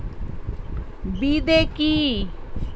বিদে কি?